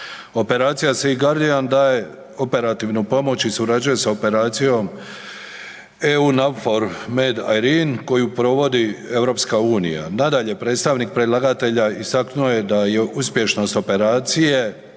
Operacija „Sea Guardian“ daje operativnu pomoć i surađuje sa operacijom „EUNAVFOR MED IRINI“ koju provodi EU. Nadalje predstavnik predlagatelja istaknuo je da je uspješnost operacije